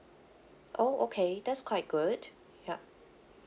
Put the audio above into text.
oh okay that's quite good yup